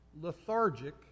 lethargic